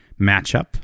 matchup